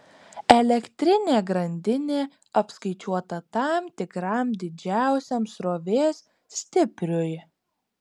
elektrinė grandinė apskaičiuota tam tikram didžiausiam srovės stipriui